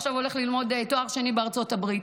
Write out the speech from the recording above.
עכשיו הוא הולך ללמוד תואר שני בארצות הברית.